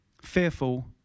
fearful